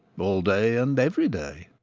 all day and every day.